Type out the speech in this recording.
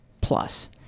plus